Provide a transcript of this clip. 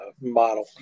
model